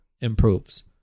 improves